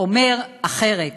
אומר אחרת.